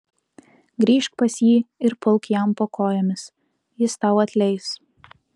grįžk pas jį ir pulk jam po kojomis jis tau atleis